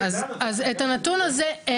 את הנתון הזה אין.